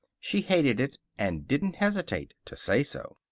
she hated it, and didn't hesitate to say so.